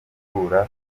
guhura